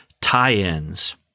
tie-ins